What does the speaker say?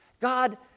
God